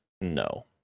no